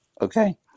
Okay